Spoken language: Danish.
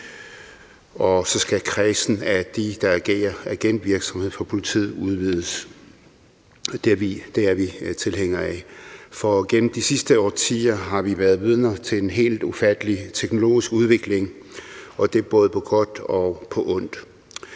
og så skal kredsen af dem, der agerer agentvirksomhed for politiet, udvides. Det er vi tilhængere af, for gennem de sidste årtier har vi været vidner til en helt ufattelig teknologisk udvikling, og det er på både godt og ondt,